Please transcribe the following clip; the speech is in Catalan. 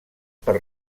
per